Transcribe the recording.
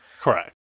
Correct